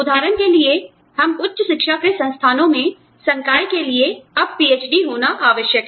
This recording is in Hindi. उदाहरण के लिए हम उच्च शिक्षा के संस्थानों में संकाय के लिए अब पीएचडी होना आवश्यक है